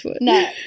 No